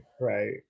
right